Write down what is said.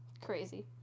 crazy